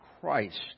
Christ